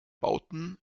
bauten